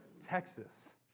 Texas